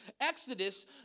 Exodus